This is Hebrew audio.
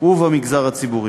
ובמגזר הציבורי.